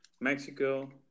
Mexico